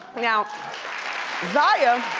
now zaya.